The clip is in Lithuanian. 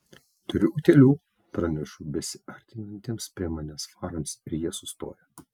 turiu utėlių pranešu besiartinantiems prie manęs farams ir jie sustoja